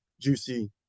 juicy